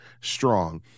strong